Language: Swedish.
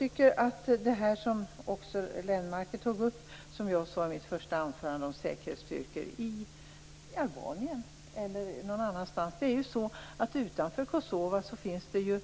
Göran Lennmarker tog upp - liksom jag gjorde i mitt första anförande - frågan om säkerhetsstyrkor i Albanien. Utanför Kosova finns det